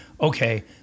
okay